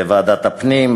בוועדת הפנים,